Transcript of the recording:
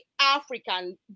African